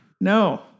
no